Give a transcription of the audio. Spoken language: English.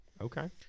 Okay